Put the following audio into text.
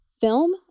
film